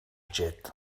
jet